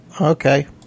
Okay